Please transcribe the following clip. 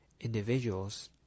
individuals